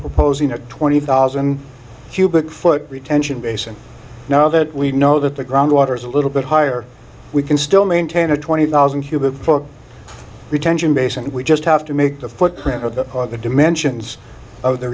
proposing a twenty thousand cubic foot retention basin now that we know that the groundwater is a little bit higher we can still maintain a twenty thousand cubic foot retention base and we just have to make the footprint of the other dimensions of the